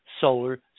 solar